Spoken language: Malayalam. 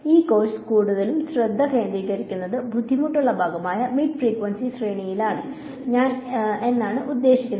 ഈ കോഴ്സ് കൂടുതലും ശ്രദ്ധ കേന്ദ്രീകരിക്കുന്നത് ബുദ്ധിമുട്ടുള്ള ഭാഗമായ മിഡ് ഫ്രീക്വൻസി ശ്രേണിയിലാണ് എന്നാണ് ഞാൻ ഉദ്ദേശിക്കുന്നത്